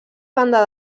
banda